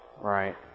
Right